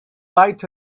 lights